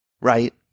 right